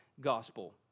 gospel